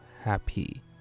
happy